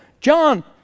John